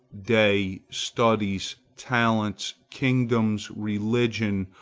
day, studies, talents, kingdoms, religion,